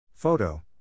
Photo